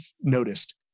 noticed